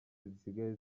zisigaye